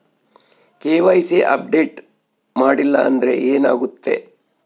KYC update ಮಾಡಿಲ್ಲ ಅಂದ್ರೆ ಏನಾಗುತ್ತೆ?